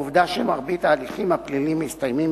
העובדה שמרבית ההליכים הפליליים מסתיימים